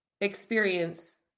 Experience